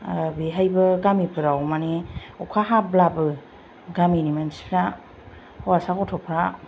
बेहायबो गामिफोराव अखा हाब्लाबो गामिनि मानसिफ्रा हौवासा गथ'फ्रा